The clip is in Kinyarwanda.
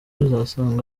uzasanga